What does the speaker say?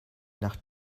nach